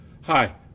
Hi